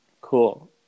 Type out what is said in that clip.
Cool